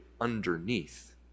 underneath